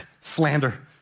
slander